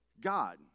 God